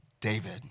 David